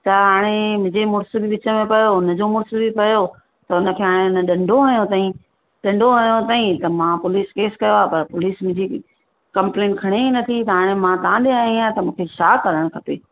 त हाणे मुंहिंजे मुर्स बि विच में पियो हुनजो मुर्स बि पियो त हुनखे हाणे हुन ॾंडो हयो तईं ॾंडो हयो तईं त मां पुलिस केस कयो आहे त पुलिस मुंहिंजी कंपलेंन खणे ई नथी त हाणे मां तव्हां ॾे आईं आहियां त मूंखे छा करणु खपे